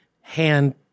Hand